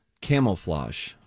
camouflage